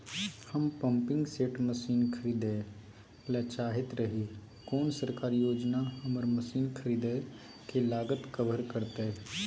हम pumping set machine खरीदैय ल चाहैत रही कोन सरकारी योजना हमर मसीन खरीदय के लागत कवर करतय?